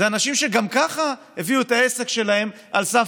אלה אנשים שגם ככה הביאו את העסק שלהם לסף